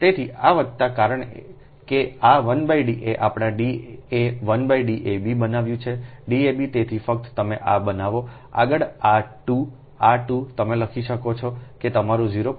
તેથી આ વત્તા કારણ કે આ 1 D એ આપણે Da 1 D ab બનાવ્યું છેD ab તેથી ફક્ત તમે આ બનાવોઆગળ આ 2આ 2 તમે લખી શકો છો કે તમારું 0